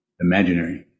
imaginary